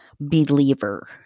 believer